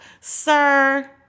Sir